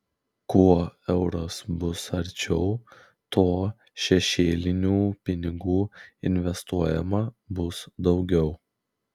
kuo euras bus arčiau tuo šešėlinių pinigų investuojama bus daugiau